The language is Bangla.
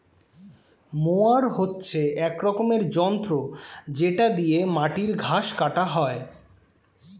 মোয়ার হচ্ছে এক রকমের যন্ত্র যেটা দিয়ে মাটির ঘাস কাটা হয়